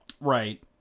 Right